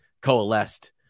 coalesced